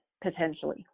potentially